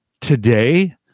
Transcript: Today